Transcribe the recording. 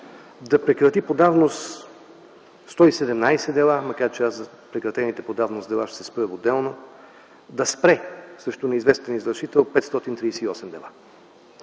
да прекрати по давност 117 дела, макар че за прекратените по давност дела ще се спра отделно, да спре 538 дела срещу неизвестен извършител.